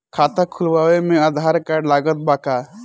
खाता खुलावे म आधार कार्ड लागत बा का?